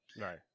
right